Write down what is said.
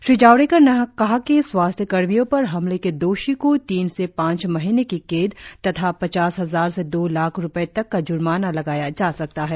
श्री जावडेकर ने कहा कि स्वास्थ्यकर्मियों पर हमले के दोषी को तीन से पांच महीने की कैद तथा पचास हजार से दो लाख रुपये तक का जुर्माना लगाया जा सकता है